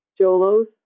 Jolo's